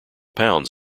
pounds